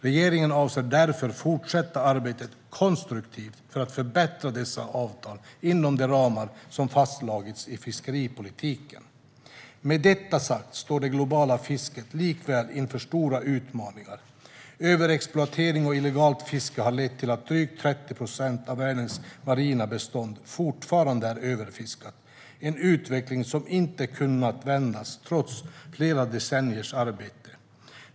Regeringen avser därför att fortsätta arbeta konstruktivt för att förbättra dessa avtal inom de ramar som fastslagits i fiskeripolitiken. Med detta sagt står det globala fisket likväl inför stora utmaningar. Överexploatering och illegalt fiske har lett till att drygt 30 procent av världens marina bestånd fortfarande är överfiskade, en utveckling som inte kunnat vändas trots flera decenniers arbete.